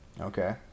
Okay